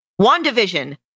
WandaVision